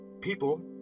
people